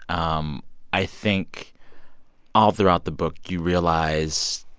um i think all throughout the book you realize,